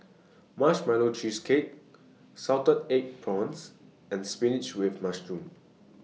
Marshmallow Cheesecake Salted Egg Prawns and Spinach with Mushroom